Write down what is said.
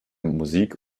musik